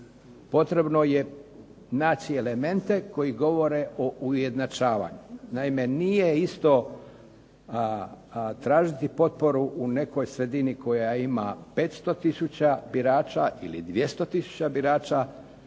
potrebno je naći elemente koji govore o ujednačavanju. Naime, nije isto tražiti potporu u nekoj sredini koja ima 500 tisuća birača ili 200 tisuća birača